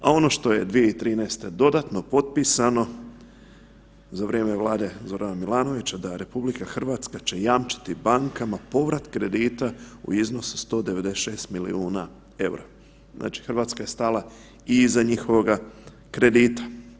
A ono što je 2013. dodano potpisano za vrijeme vlade Zorana Milanovića da će RH jamčiti bankama povrat kredita u iznosu 196 milijuna eura, znači Hrvatska je stala i iza njihovoga kredita.